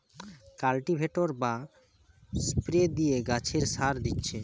cultivator বা spray দিয়ে গাছে সার দিচ্ছি